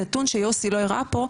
נתון שיוסי לא הראה פה,